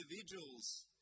individuals